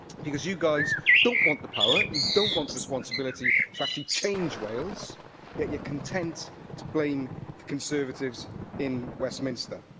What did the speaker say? because you guys don't want the power, you don't want the responsibility to actually change wales, yet you're content to blame the conservatives in westminster.